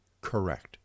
correct